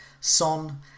Son